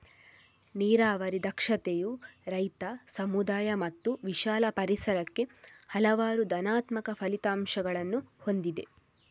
ನೀರಾವರಿ ದಕ್ಷತೆಯು ರೈತ, ಸಮುದಾಯ ಮತ್ತು ವಿಶಾಲ ಪರಿಸರಕ್ಕೆ ಹಲವಾರು ಧನಾತ್ಮಕ ಫಲಿತಾಂಶಗಳನ್ನು ಹೊಂದಿದೆ